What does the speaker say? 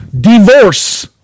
Divorce